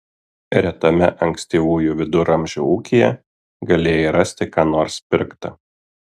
retame ankstyvųjų viduramžių ūkyje galėjai rasti ką nors pirkta